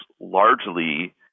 largely